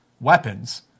weapons